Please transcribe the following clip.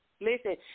Listen